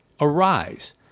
arise